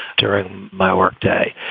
during my work day,